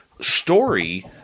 story